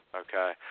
okay